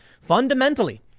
fundamentally